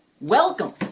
welcome